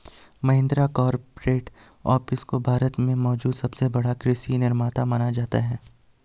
Mahindra corporate office को भारत में मौजूद सबसे बड़ा कृषि निर्माता माना जाता है